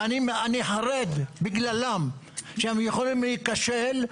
ואני חרד בגללם, שהם יכולים להיכשל.